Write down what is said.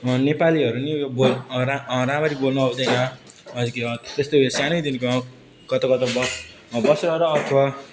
नेपालीहरू नि उयो बोल् राम्ररी बोल्न आउँदैन अलिकति त्यस्तो उयो सानैदेखि कता कता वर्षहरू अथवा